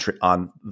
on